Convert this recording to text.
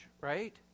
right